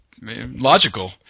logical